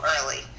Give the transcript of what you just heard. early